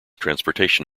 transportation